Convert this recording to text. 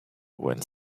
when